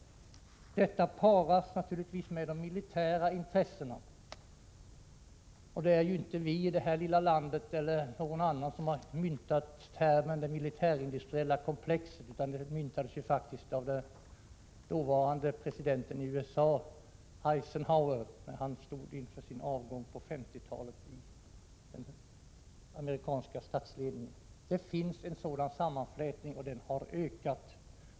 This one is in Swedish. Detta paras naturligtvis med de militära intressena. Det är inte vi i det här lilla landet som har myntat termen ”det militär-industriella komplexet”, utan det myntades faktiskt av den dåvarande presidenten i USA Eisenhower på 1950-talet när han stod inför sin avgång från den amerikanska statsledningen. Det finns en sådan sammanflätning, och den har ökat.